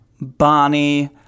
Bonnie